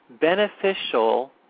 beneficial